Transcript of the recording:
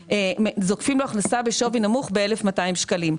זוקפים לו הכנסה בשווי נמוך ב-1,200 שקלים.